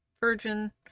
virgin